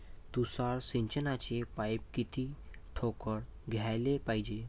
तुषार सिंचनाचे पाइप किती ठोकळ घ्याले पायजे?